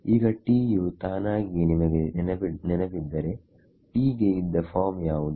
ಈಗ T ಯು ತಾನಾಗಿಯೇ ನಿಮಗೆ ನೆನಪಿದ್ದರೆ T ಗೆ ಇದ್ದ ಫಾರ್ಮ್ ಯಾವುದು